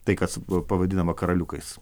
tai kas pavadinama karaliukais